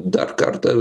dar kartą